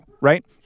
right